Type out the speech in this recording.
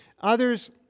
Others